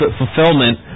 fulfillment